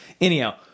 anyhow